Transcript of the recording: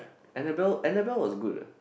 Annabelle Annabelle was good ah